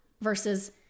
versus